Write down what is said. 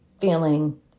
feeling